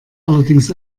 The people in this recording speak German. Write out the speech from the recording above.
allerdings